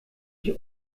ich